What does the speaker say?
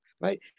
right